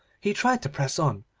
he tried to press on,